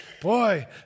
Boy